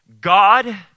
God